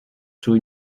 sous